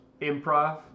improv